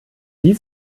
die